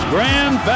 Grand